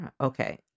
Okay